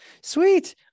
Sweet